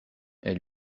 elle